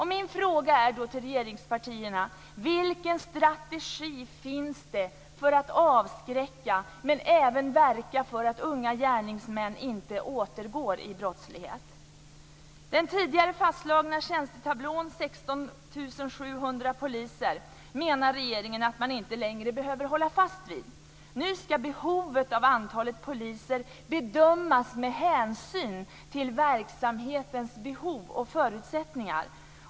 Min fråga till regeringspartierna är då: Vilken strategi finns det för att avskräcka, men även verka för att unga gärningsmän inte återgår till brottslighet? Den tidigare fastslagna tjänstetablån, 16 700 poliser, menar regeringen att man inte längre behöver hålla fast vid. Nu ska behovet när det gäller antalet poliser bedömas med hänsyn till verksamhetens behov och förutsättningar.